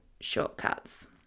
shortcuts